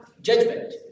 judgment